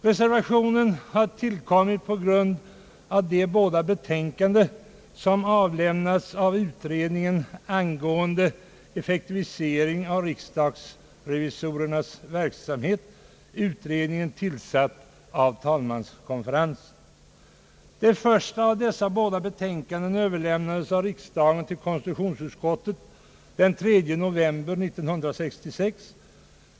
Reservationen har tillkommit på grund av de båda betänkanden som avlämnats av utredningen angående effektivisering av riksdagens revisorers verksamhet — utredningen är tillsatt av talmanskonferensen. Det första av dessa båda betänkanden överlämnades av riksdagen = till - konstitutionsutskottet den 3 november 1966.